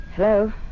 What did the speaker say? Hello